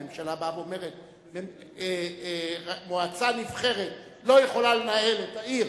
הממשלה באה ואומרת: מועצה נבחרת לא יכולה לנהל את העיר,